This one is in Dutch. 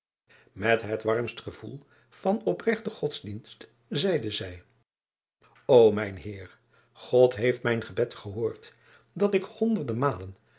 et het warmst gevoel van opregten odsdienst zeide zij o mijn eer od heeft mijn gebed gehoord dat ik honderde malen